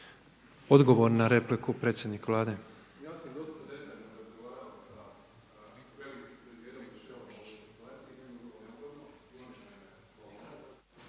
Odgovor na repliku predsjednik Vlade.